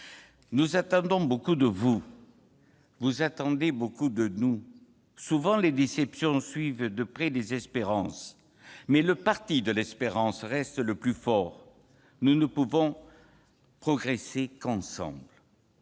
Nous attendons beaucoup de vous. Vous attendez beaucoup de nous. Souvent, les déceptions suivent de près les espérances, mais le parti de l'espérance reste le plus fort. Nous ne pouvons progresser qu'ensemble.